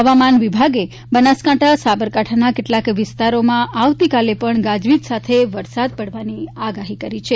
હવામાન વિભાગે બનાસકાંઠા સાંબરકાંઠાના કેટલાંક વિસ્તારોમાં આવતીકાલે પણ ગાજવીજ સાથે વરસાદની આગાહી કરી છે